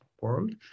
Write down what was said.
world